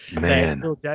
Man